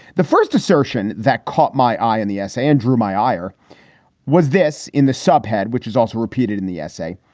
the first assertion that caught my eye in the essay and drew my ire was this. in the subhead, which is also repeated in the essay,